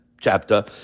chapter